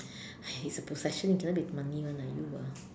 if it's a possession it cannot be money one lah you ah